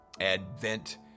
advent